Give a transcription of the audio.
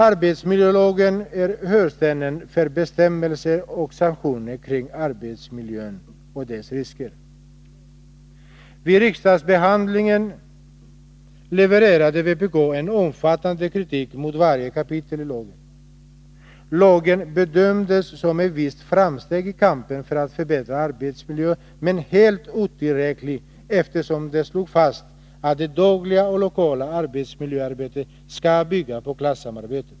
Arbetsmiljölagen är hörnstenen för bestämmelser och sanktioner kring arbetsmiljöns risker. Vid riksdagsbehandlingen levererade vpk en omfattande kritik mot varje kapitel i lagen. Lagen bedömdes som ett visst framsteg i kampen för en bättre arbetsmiljö men helt otillräcklig, eftersom den slog fast att det dagliga och lokala arbetsmiljöarbetet skall bygga på klassamarbete.